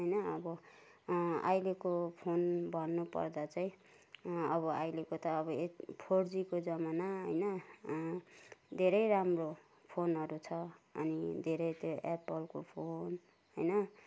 होइन अब अहिलेको फोन भन्नुपर्दा चाहिँ अब अहिलेको त अब एत फोरजीको जमाना होइन धेरै राम्रो फोनहरू छ अनि धेरै त्यो एप्पलको फोन होइन